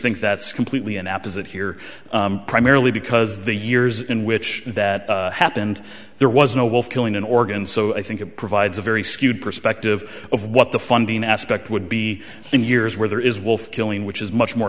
think that's completely an app is it here primarily because the years in which that happened there was no wolf killing an organ so i think it provides a very skewed perspective of what the funding aspect would be in yours where there is wolf killing which is much more